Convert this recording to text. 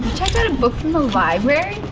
checked out a book from the library?